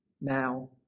now